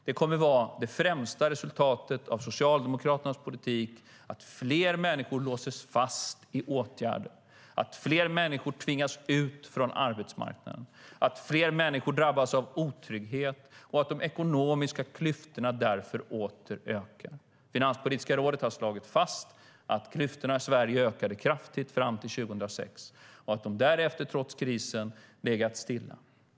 Det kommer att vara det främsta resultatet av Socialdemokraternas politik att fler människor låses fast i åtgärder, att fler människor tvingas ut från arbetsmarknaden, att fler människor drabbas av otrygghet och att de ekonomiska klyftorna därför åter ökar. Finanspolitiska rådet har slagit fast att klyftorna i Sverige ökade kraftigt fram till 2006 och att de därefter, trots krisen, legat stilla.